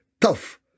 tough